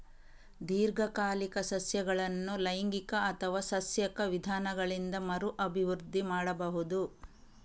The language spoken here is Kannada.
ದೀರ್ಘಕಾಲಿಕ ಸಸ್ಯಗಳನ್ನು ಲೈಂಗಿಕ ಅಥವಾ ಸಸ್ಯಕ ವಿಧಾನಗಳಿಂದ ಮರು ಅಭಿವೃದ್ಧಿ ಮಾಡಬಹುದು